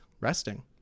resting